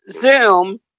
Zoom